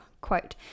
quote